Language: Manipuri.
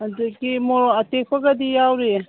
ꯑꯗꯒꯤ ꯃꯣꯔꯣꯛ ꯑꯇꯦꯛꯄꯒꯗꯤ ꯌꯥꯎꯔꯤ